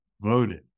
voted